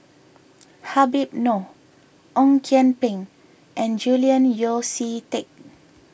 Habib Noh Ong Kian Peng and Julian Yeo See Teck